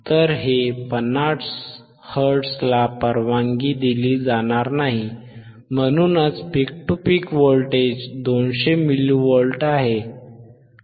तर हे 50 हर्ट्झला परवानगी दिली जाणार नाही म्हणूनच peak to peak voltage 200 millivolt आहे